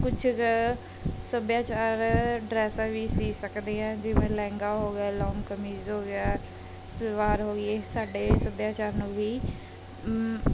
ਕੁਛ ਕੁ ਸੱਭਿਆਚਾਰ ਡਰੈਸਾਂ ਵੀ ਸੀ ਸਕਦੇ ਆ ਜਿਵੇਂ ਲਹਿੰਗਾ ਹੋ ਗਿਆ ਲੋਂਗ ਕਮੀਜ਼ ਹੋ ਗਿਆ ਸਲਵਾਰ ਹੋ ਗਈ ਸਾਡੇ ਸੱਭਿਆਚਾਰ ਨੂੰ ਵੀ